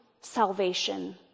salvation